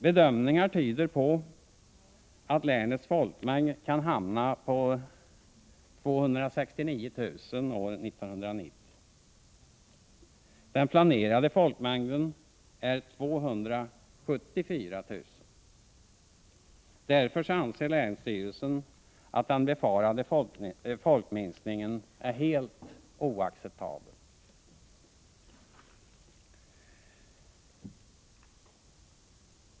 Bedömningar tyder på att länets folkmängd kan hamna på 269 000 år 1990. Den planerade folkmängden är 274 000. Därför anser länsstyrelsen att den befarade folkminskningen är helt oacceptabel.